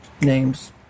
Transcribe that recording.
names